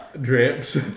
Drips